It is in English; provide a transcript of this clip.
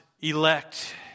elect